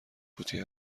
فوتی